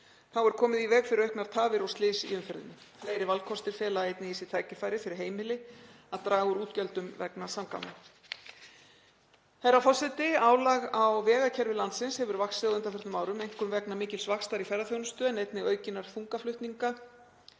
Þá er komið í veg fyrir auknar tafir og slys í umferðinni. Fleiri valkostir fela einnig í sér tækifæri fyrir heimili til að draga úr útgjöldum vegna samgangna. Herra forseti. Álag á vegakerfi landsins hefur vaxið á undanförnum árum, einkum vegna mikils vaxtar í ferðaþjónustu en einnig vegna aukinna þungaflutninga